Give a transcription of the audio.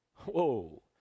Whoa